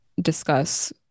discuss